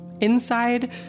inside